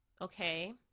Okay